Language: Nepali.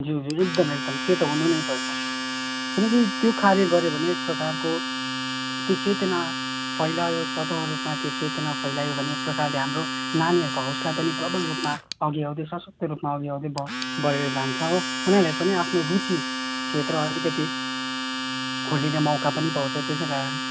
ज्यू ज्यू एकदम एकदम त्यो हुनु नै पर्छ किनकि त्यो कार्य गऱ्यो भने एक प्रकारको त्यो चेतना फैलायो स्वतः रूपमा त्यो चेतना फैलायो भने एक प्रकारले हाम्रो नानीहरूको हौसला पनि प्रबल रूपमा अघि आउँदै सशक्त्त रूपमा अघि आउँदै बढेर जान्छ हो उनीहरूले पनि आफ्नो रुचि क्षेत्र अलिकति खोलिने मौका पनि पाउँछ त्यसै कारण